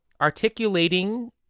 articulating